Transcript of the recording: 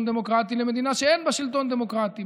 דמוקרטי למדינה שאין בה שלטון דמוקרטי.